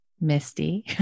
Misty